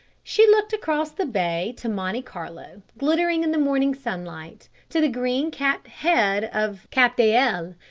she looked across the bay to monte carlo glittering in the morning sunlight, to the green-capped head of cap-d'ail,